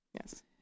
Yes